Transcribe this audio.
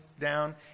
down